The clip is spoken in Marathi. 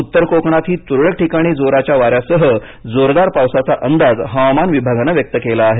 उत्तर कोकणातही तुरळक ठिकाणी जोराच्या वाऱ्यासह जोरदार पावसाचा अंदाज हवामान विभागानं व्यक्त केला आहे